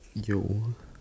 you